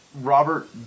Robert